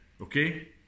okay